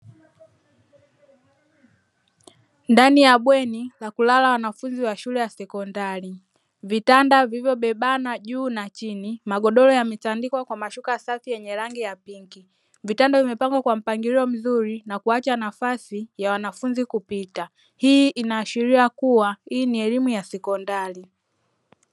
Ndani ya bweni la kulala wanafunzi wa shule ya sekondari vitanda vilivyobebana juu na chini magodoro ya mitandikwa kwa mashuka safi yenye rangi ya pinki vitanda vimepangwa kwa mpangilio mzuri na kuacha nafasi ya wanafunzi kupita, hii inaashiria kuwa hii ni elimu ya sekondari.